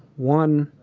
one,